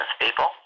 people